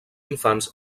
infants